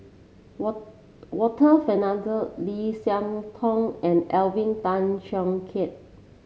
Warren Fernandez Lim Siah Tong and Alvin Tan Cheong Kheng